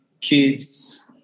Kids